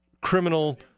criminal